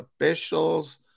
officials